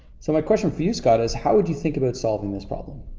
so my question for you scott, is how would you think about solving this problem?